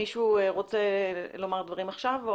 מישהו רוצה לומר דברים עכשיו?